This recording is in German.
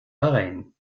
bahrain